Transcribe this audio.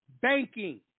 banking